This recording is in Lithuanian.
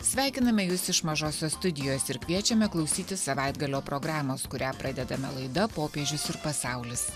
sveikiname jus iš mažosios studijos ir kviečiame klausytis savaitgalio programos kurią pradedame laida popiežius ir pasaulis